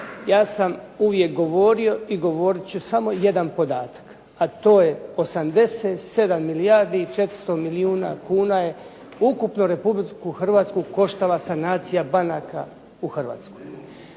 ja sam uvijek govorio i govorit ću samo jedan podatak, a to je 87 milijardi i 400 milijuna kuna je ukupno Republiku Hrvatsku koštala sanacija banaka u Hrvatskoj.